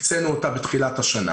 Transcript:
הקצינו אותה בתחילת השנה